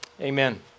amen